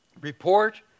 Report